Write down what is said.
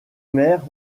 maires